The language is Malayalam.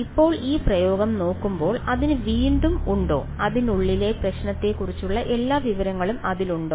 ഇപ്പോൾ ഈ പ്രയോഗം നോക്കുമ്പോൾ അതിന് വീണ്ടും ഉണ്ടോ അതിനുള്ളിലെ പ്രശ്നത്തെക്കുറിച്ചുള്ള എല്ലാ വിവരങ്ങളും അതിലുണ്ടോ